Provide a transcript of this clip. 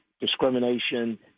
discrimination